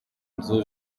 nzu